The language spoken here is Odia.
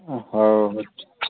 ହଁ ହଉ